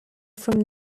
from